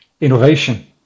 innovation